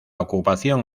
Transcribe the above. ocupación